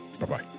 bye-bye